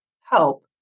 help